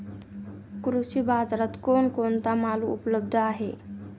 कृषी बाजारात कोण कोणता माल उपलब्ध आहे?